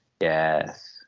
Yes